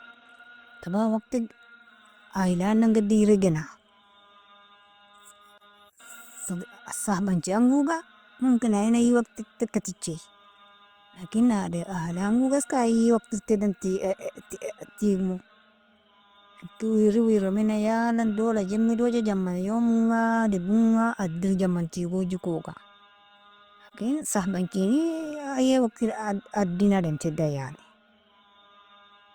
Taban wagttig a'yla'ndan geddiri gena, sedi sahabanchi angoga munkina ayin ayyi wagtti teka tichie, lakin adem ahalianguga eska ayyi wagttil tedan tigmo yamkin wirri wirra mena, yalan dola jemidoja jaman youmunga, dibunga, addirr jaman tigojikoga, lakin sahabanchini ayye wagttil addin adem tedan yani.